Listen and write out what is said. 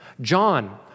John